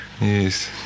Yes